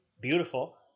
Beautiful